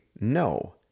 no